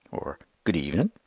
or, good evening,